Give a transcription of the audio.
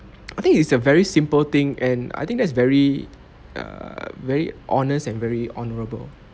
I think it's a very simple thing and I think that's very err very honest and very honourable